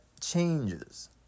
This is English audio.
changes